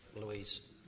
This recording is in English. Louise